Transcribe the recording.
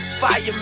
fire